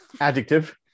adjective